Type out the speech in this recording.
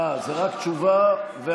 אה, זה רק תשובה והצבעה.